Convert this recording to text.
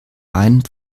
meinem